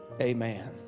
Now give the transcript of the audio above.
Amen